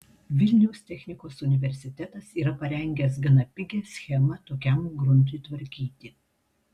vilniaus technikos universitetas yra parengęs gana pigią schemą tokiam gruntui tvarkyti